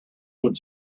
good